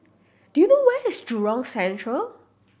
do you know where is Jurong Central